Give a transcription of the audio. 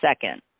second